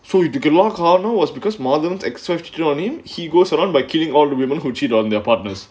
so இதுக்கெல்லாம் காரணம்:ithukkellaam kaaranam was because madhavan's ex wife cheated on him he goes around by killing all the women who cheated on their partners